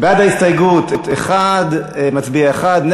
בעד ההסתייגות, 1, מצביע אחד.